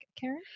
Karen